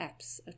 apps